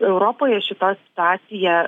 europoje šita situacija